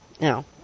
No